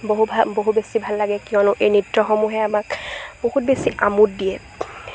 বহু ভ বহু বেছি ভাল লাগে কিয়নো এই নৃত্যসমূহে আমাক বহুত বেছি আমোদ দিয়ে